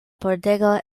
pordego